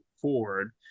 forward